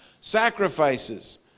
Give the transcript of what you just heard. sacrifices